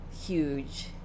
huge